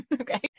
Okay